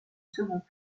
second